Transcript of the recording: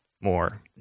more